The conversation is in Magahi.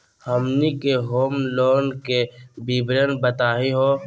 हमनी के होम लोन के विवरण बताही हो?